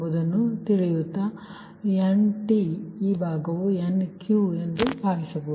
ಆದ್ದರಿಂದ ಈ ಪದವು Nt ಈ ಭಾಗ Nq ಸರಿ ಎಂದು ನಾವು ಭಾವಿಸುತ್ತೇವೆ